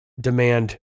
demand